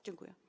Dziękuję.